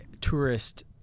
tourist